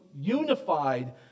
unified